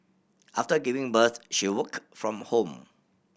after giving birth she worked from home